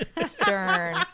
stern